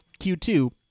Q2